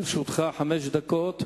לרשותך חמש דקות.